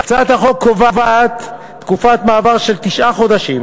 הצעת החוק קובעת תקופת מעבר של תשעה חודשים,